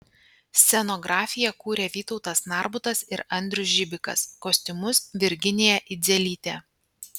scenografiją kūrė vytautas narbutas ir andrius žibikas kostiumus virginija idzelytė